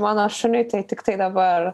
mano šuniui tai tiktai dabar